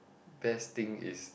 best thing is